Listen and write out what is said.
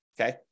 Okay